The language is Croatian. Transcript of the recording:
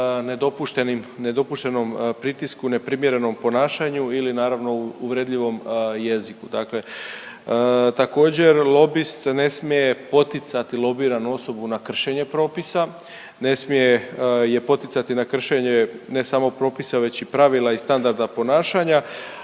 nedopuštenom pritisku, neprimjerenom ponašanju ili naravno uvredljivom jeziku. Dakle, također lobist ne smije poticati lobiranu osobu na kršenje propisa, ne smije je poticati na kršenje ne samo propisa već i pravila i standarda ponašanja,